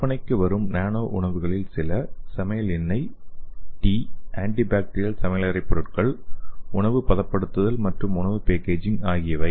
விற்பனைக்கு வரும் நானோ உணவுகளில் சில சமையல் எண்ணை டீ ஆன்டி பாக்டீரியல் சமையலறைப் பொருட்கள் உணவு பதப்படுத்துதல் மற்றும் உணவு பேக்கேஜிங் பொருட்கள் ஆகியவை